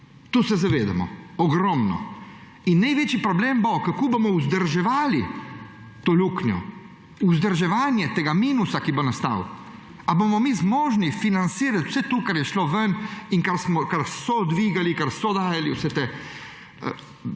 se zavedamo, ogromno. In največji problem bo, kako bomo vzdrževali to luknjo, vzdrževanje tega minusa, ki bo nastal. Ali bomo mi zmožni financirati vse to, kar je šlo ven in kar so dvigali, kar so dajali vse te